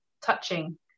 touching